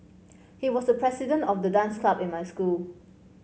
he was the president of the dance club in my school